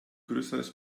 größeres